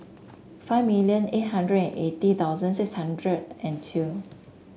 five eight hundred and eighty thousand six hundred and two